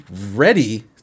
ready